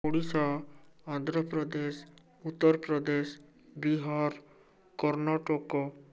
Odisha Andhra Pradesh Uttar Pradesh Bihar Karnataka